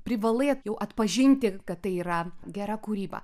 privalai jau atpažinti kad tai yra gera kūryba